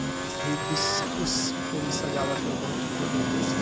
hibiscus फूल सजाबट मे बहुत उपयोगी हुवै छै